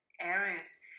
areas